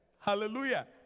Hallelujah